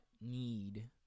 need